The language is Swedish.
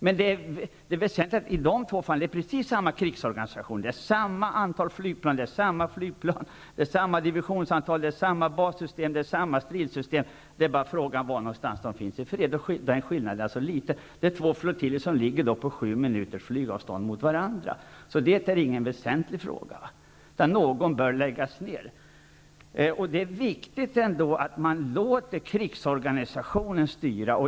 Men det väsentliga i de båda fallen är att det är precis samma krigsorganisation, det är samma antal flygplan, det är samma flygplan, det är samma divisionsantal, det är samma bassystem, det är samma stridssystem -- det är bara fråga om var någonstans flottiljen finns i fred, och den skillnaden är liten; det är två flottiljer som ligger på sju minuters flygavstånd från varandra, så det är ingen väsentlig fråga. Men någon bör läggas ned. Det är viktigt att man låter krigsorganisationen styra.